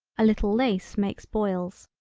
a little lace makes boils.